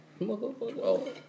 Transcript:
Motherfucker